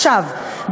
עכשיו,